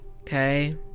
Okay